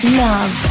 love